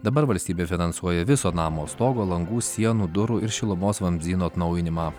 dabar valstybė finansuoja viso namo stogo langų sienų durų ir šilumos vamzdynų atnaujinimą